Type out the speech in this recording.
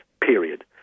period